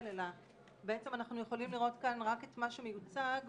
אלא בעצם אנחנו יכולים לראות כאן רק את מה שמשתקף